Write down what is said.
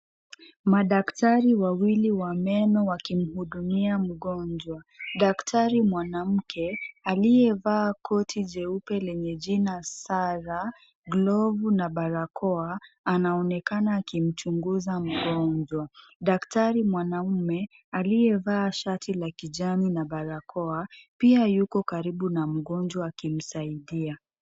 Madaktari wawili wa meno wamkimhudumia mgonjwa. Daktari mwanamke aliyevaa koti jeupe lenye jina "Sara", glovu na barakoa anaonekana akimchunguza mgonjwa. Daktari mwanaume aliyevaa shati la kijani na barakoa pia Yuko karibu na mgonjwa akimsaidia.